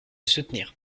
soutenir